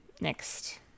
next